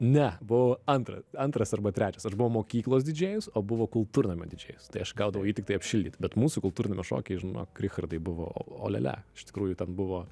ne buvau antra antras arba trečias aš buvau mokyklos didžėjus o buvo kultūrnamio didžėjus tai aš gaudavau jį tiktai apšildyt bet mūsų kultūrnamio šokiai žinok richardui buvo olialia iš tikrųjų ten buvo